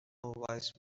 wise